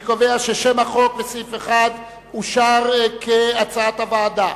אני קובע ששם החוק וסעיף 1 אושרו כהצעת הוועדה.